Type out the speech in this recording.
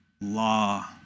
law